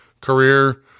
career